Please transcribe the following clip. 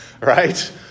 Right